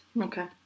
Okay